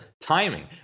timing